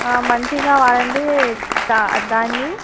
మంచిగా వాడండి దాన్ని